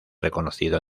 reconocido